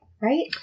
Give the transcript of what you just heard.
right